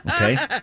Okay